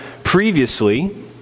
previously